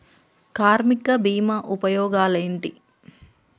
కార్మిక బీమా ఉపయోగాలేంటి?